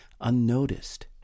unnoticed